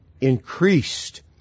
increased